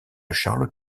charles